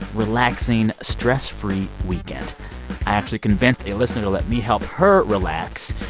relaxing, stress-free weekend. i actually convinced a listener to let me help her relax,